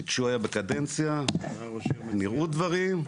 שכשהוא היה בקדנציה נראו דברים.